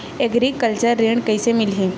Agriculture ऋण कइसे मिलही?